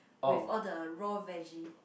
with all the raw vege